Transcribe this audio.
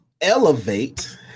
elevate